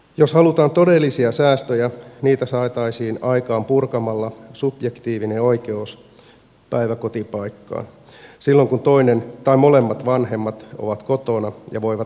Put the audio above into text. jos halutaan todellisia säästöjä niitä saataisiin aikaan purkamalla subjektiivinen oikeus päiväkotipaikkaan silloin kun toinen tai molemmat vanhemmat ovat kotona ja voivat lasta siellä hoitaa